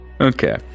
Okay